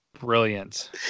Brilliant